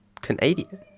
Canadian